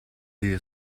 you